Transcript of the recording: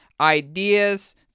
ideas